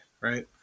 right